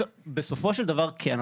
בסופו של דבר כן.